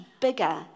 bigger